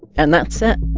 and that's it